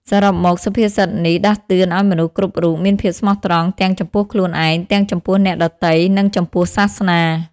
សរុបមកសុភាសិតនេះដាស់តឿនឱ្យមនុស្សគ្រប់រូបមានភាពស្មោះត្រង់ ទាំងចំពោះខ្លួនឯង ទាំងចំពោះអ្នកដទៃ និងចំពោះសាសនា។